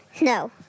No